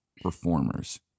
performers